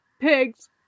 pigs